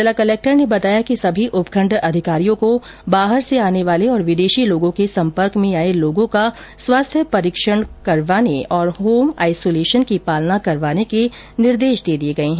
जिला कलेक्टर ने बताया कि सभी उपखण्ड अधिकारियों को बाहर से आने वाले और विदेशी लोगों के सम्पर्क में आएं लोगों का स्वास्थ्य परीक्षण करवाने तथा होम आईसोलेशन की पालना करवाने के निर्देश दे दिए है